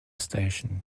station